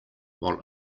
while